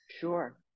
Sure